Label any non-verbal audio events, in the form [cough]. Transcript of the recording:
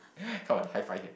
[breath] come on high five here